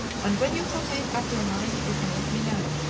and when you have made up your mind you can let me know.